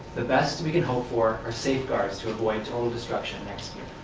the best we can hope for are safeguards to avoid total destruction next